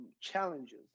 challenges